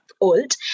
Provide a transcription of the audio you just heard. old